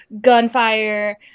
Gunfire